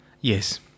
Yes